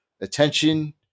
attention